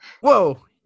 whoa